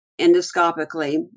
endoscopically